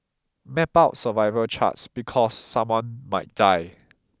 map out survival charts because someone might die